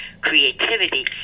creativity